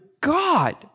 God